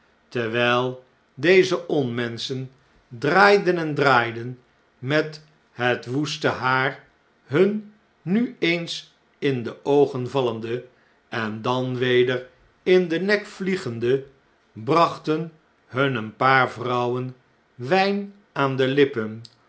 terwijl dezeonmenschen draaiden en draaiden met het woeste haar hun nu eens in de oogen vallende en dan weder in den nek vliegende brachten hun een paar vrouwen wijn aan de lippen